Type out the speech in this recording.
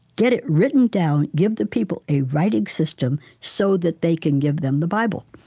get it written down, give the people a writing system so that they can give them the bible